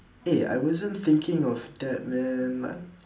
eh I wasn't thinking of that man like